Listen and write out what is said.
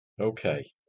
Okay